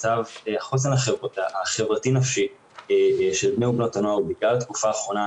החוסן החברתי-נפשי של בני ובנות הנוער ובעיקר בתקופה האחרונה,